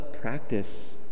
practice